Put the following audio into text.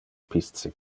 pisce